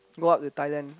go up to Thailand